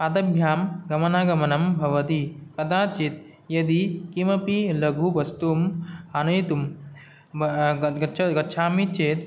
पादाभ्यां गमनागमनं भवति कदाचित् यदि किमपि लघुवस्तु आनयितुं गच्छ गच्छामि चेत्